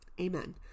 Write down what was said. Amen